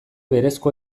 berezko